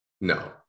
No